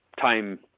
time